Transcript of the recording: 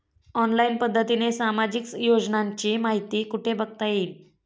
Online पद्धतीने सामाजिक योजनांची माहिती कुठे बघता येईल?